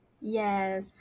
Yes